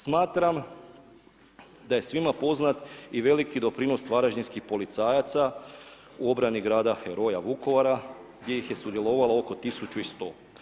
Smatram da je svima poznat i veliki doprinos varaždinskih policajaca u obrani grada heroja Vukovara gdje ih je sudjelovalo oko 1100.